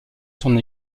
son